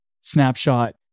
Snapshot